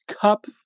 Cup